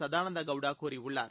கதானந்த கவுடா கூறியுள்ளார்